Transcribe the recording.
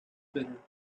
bitter